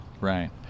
Right